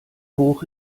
hoch